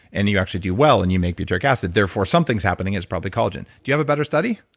and you actually do well and you make butyric acid therefore, something's happening. it's probably collagen. do you have a better study?